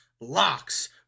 Locks